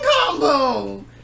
combo